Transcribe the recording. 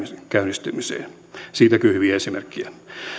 käynnistymiseen siitäkin on hyviä esimerkkejä